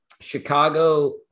Chicago